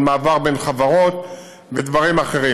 על מעבר בין חברות ודברים אחרים.